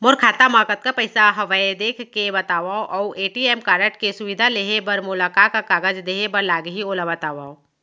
मोर खाता मा कतका पइसा हवये देख के बतावव अऊ ए.टी.एम कारड के सुविधा लेहे बर मोला का का कागज देहे बर लागही ओला बतावव?